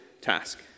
task